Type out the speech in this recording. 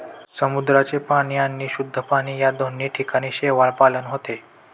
समुद्राचे पाणी आणि शुद्ध पाणी या दोन्ही ठिकाणी शेवाळपालन होते